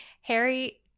Harry